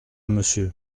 monsieur